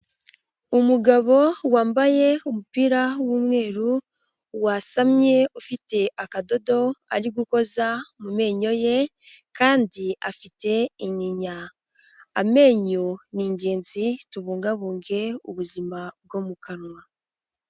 Umugabo wambaye umupira w'umweru, wasamye ufite akadodo ari gukoza mu menyo ye kandi afite inyinya, amenyo ni ingenzi, tubungabunge ubuzima bwo mu kanwa.